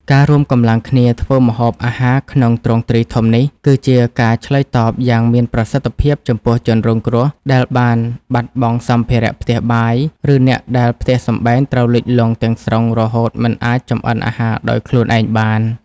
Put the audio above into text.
ការរួមកម្លាំងគ្នាធ្វើម្ហូបអាហារក្នុងទ្រង់ទ្រាយធំនេះ គឺជាការឆ្លើយតបយ៉ាងមានប្រសិទ្ធភាពចំពោះជនរងគ្រោះដែលបានបាត់បង់សម្ភារៈផ្ទះបាយ ឬអ្នកដែលផ្ទះសម្បែងត្រូវលិចលង់ទាំងស្រុងរហូតមិនអាចចម្អិនអាហារដោយខ្លួនឯងបាន។